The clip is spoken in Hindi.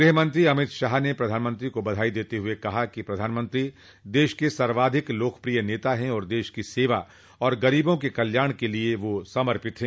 गृहमंत्री अमित शाह ने प्रधानमंत्री को बधाई देते हुए कहा कि प्रधानमंत्री देश के सर्वाधिक लोकप्रिय नेता हैं तथा देश की सेवा और गरीबों के कल्याण के लिए समर्पित हैं